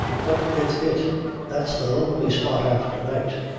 but it's it that's the lonely spot after night!